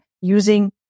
using